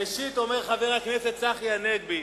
ראשית, אומר חבר הכנסת צחי הנגבי,